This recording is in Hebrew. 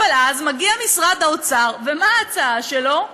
אבל אז מגיע משרד האוצר, ומה ההצעה שלו?